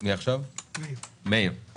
מאיר.